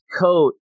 coat